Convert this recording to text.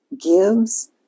gives